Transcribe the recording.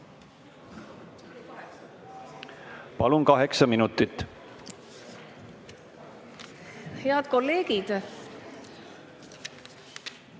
Palun, kaheksa minutit! Head kolleegid!